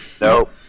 No